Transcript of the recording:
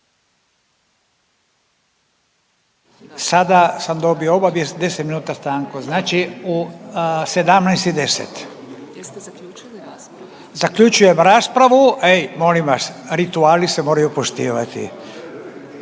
Sad sam dobio obavijest 10 minuta stanku. Znači u 17 i 10. Zaključujem raspravu. Ej, molim vas, rituali se moraju poštivati.